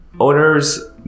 owners